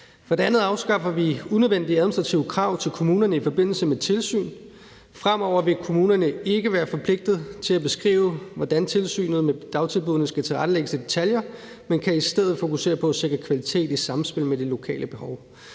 For det andet afskaffer vi unødvendige administrative krav til kommunerne i forbindelse med tilsyn. Fremover vil kommunerne ikke være forpligtet til at beskrive, hvordan tilsynet med dagtilbuddene skal tilrettelægges i detaljer, men kan i stedet fokusere på at sikre kvalitet i samspil med de lokale behov.